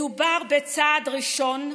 מדובר בצעד ראשון,